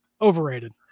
Overrated